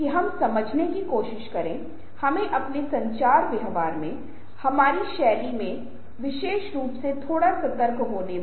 हम बहुत सी ऐसी चीजें करने की कोशिश करते हैं जिन्हें समेटना चाहिए लेकिन यह मानवीय स्वभाव है और बोली जाने वाली एक या दो बातें ही हमारा करियर खराब कर सकती हैं हमारा रिश्ता खराब कर सकती हैं